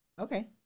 Okay